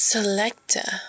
Selector